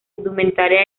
indumentaria